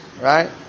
right